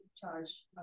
charge